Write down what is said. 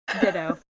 ditto